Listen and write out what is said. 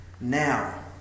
now